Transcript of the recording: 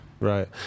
Right